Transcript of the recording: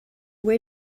way